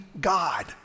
God